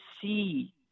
see